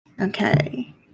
Okay